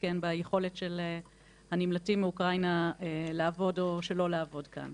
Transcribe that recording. ביכולת של הנמלטים מאוקראינה לעבוד או שלא לעבוד כאן.